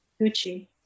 Gucci